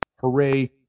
hooray